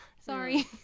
sorry